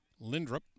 Lindrup